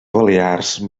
balears